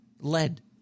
lead